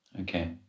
Okay